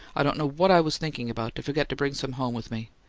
i don't know what i was thinking about, to forget to bring some home with me.